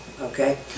Okay